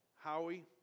Howie